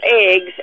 eggs